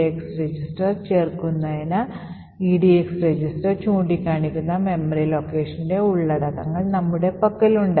eax രജിസ്റ്ററിൽ ചേർക്കുന്നതിന് edx register ചൂണ്ടിക്കാണിക്കുന്ന മെമ്മറി ലൊക്കേഷന്റെ ഉള്ളടക്കങ്ങൾ നമ്മുടെ പക്കലുണ്ട്